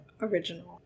original